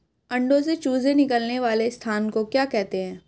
अंडों से चूजे निकलने वाले स्थान को क्या कहते हैं?